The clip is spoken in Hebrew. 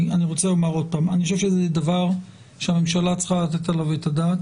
אני רוצה לומר שוב שאני חושב שזה דבר שהממשלה צריכה לתת עליו את הדעת.